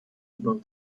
able